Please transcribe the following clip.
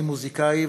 אני מוזיקאי,